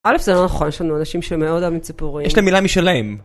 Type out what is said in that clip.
א', זה לא נכון, יש לנו אנשים שמאוד אוהבים ציפורים. יש להם מילה משלהם.